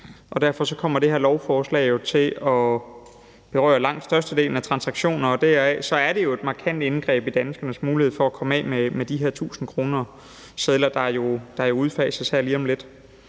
og derfor kommer det her lovforslag jo til at berøre langt størstedelen af transaktioner. Og deraf er det jo et markant indgreb i danskernes mulighed for at komme af med de her 1.000-kronesedler, der jo udfases her lige om lidt.